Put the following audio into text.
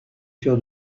sur